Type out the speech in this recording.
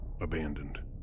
abandoned